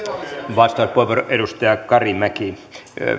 vastauspuheenvuoro edustaja karimäki